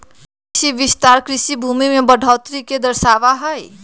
कृषि विस्तार कृषि भूमि में बढ़ोतरी के दर्शावा हई